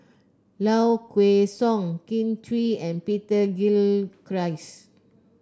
Low Kway Song Kin Chui and Peter Gilchrist